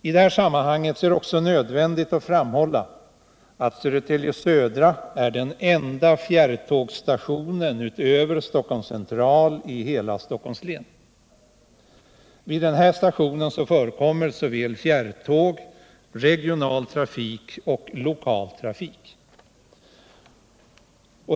I det här sammanhanget är det också nödvändigt att framhålla att Södertälje Södra är den enda fjärrtågsstationen utöver Stockholms central i hela Stockholms län. Vid stationen förekommer såväl fjärrtåg som regionaltrafik och lokaltrafik.